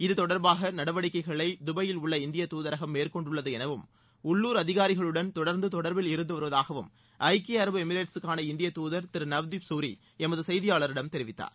இது தொடர்பான நடவடிக்கைகளை தபாயில் உள்ள இந்திய தூதரகம் மேற்கொண்டுள்ளது எனவும் உள்ளூர் அதிகாரிகளுடன் தொடர்ந்து தொடர்பில் இருந்துவருவதாகவும் ஐக்கிய அரபு எமிரேட்ஸுக்காள இந்திய தூரதர் திரு நவ்தீப் சூரி எமது செய்தியாளரிடம் தெரித்தார்